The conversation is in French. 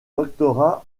doctorat